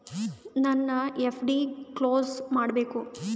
ನನ್ನ FD close ಮಾಡಬೇಕು